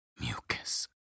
mucus